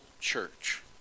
church